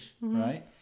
right